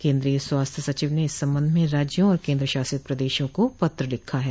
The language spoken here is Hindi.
केन्द्रीय स्वास्थ्य सचिव ने इस संबंध में राज्यों और केन्द्र शासित प्रदेशों को पत्र लिखा है